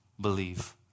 believe